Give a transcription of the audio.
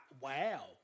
Wow